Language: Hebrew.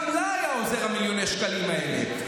גם לה היה עוזרים מיליוני השקלים האלה.